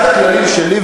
אחד הכללים שלי,